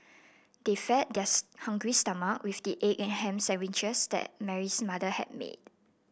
they fed their hungry stomach with the egg and ham sandwiches that Mary's mother had made